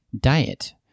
diet